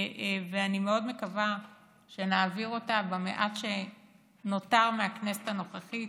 ואני מאוד מקווה שנעביר אותה במעט שנותר מהכנסת הנוכחית,